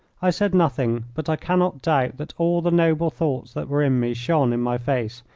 i said nothing, but i cannot doubt that all the noble thoughts that were in me shone in my face,